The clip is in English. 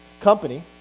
company